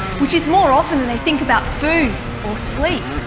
which is more often than they think about food or sleep.